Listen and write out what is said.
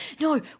no